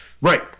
Right